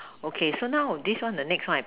okay so now this one the next one